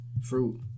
fruit